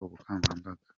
ubukangurambaga